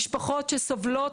למען המשפחות שסובלות,